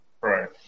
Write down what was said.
right